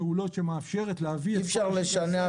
אי אפשר לשנע